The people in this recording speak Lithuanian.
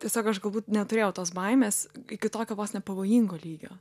tiesiog aš galbūt neturėjau tos baimės iki tokio vos ne pavojingo lygio